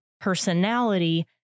personality